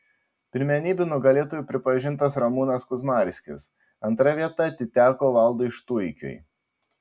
pirmenybių nugalėtoju pripažintas ramūnas kuzmarskis antra vieta atiteko valdui štuikiui